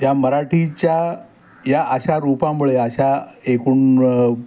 या मराठीच्या या अशा रूपामुळे अशा एकूण